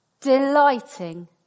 delighting